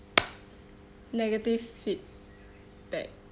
negative feedback